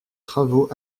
travaux